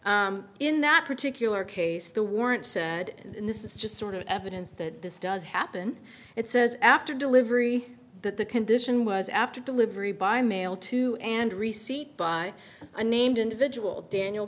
in that particular case the warrant said and this is just sort of evidence that this does happen it says after delivery that the condition was after delivery by mail to and receipt by a named individual daniel